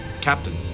Captain